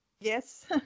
Yes